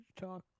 talk